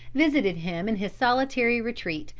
visited him in his solitary retreat,